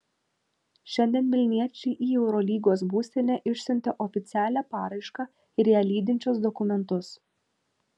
šiandien vilniečiai į eurolygos būstinę išsiuntė oficialią paraišką ir ją lydinčius dokumentus